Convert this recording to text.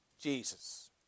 Jesus